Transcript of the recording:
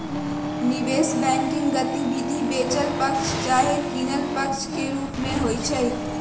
निवेश बैंकिंग गतिविधि बेचल पक्ष चाहे किनल पक्ष के रूप में होइ छइ